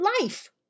life